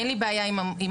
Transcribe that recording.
אין לי בעיה עם המוסלמים,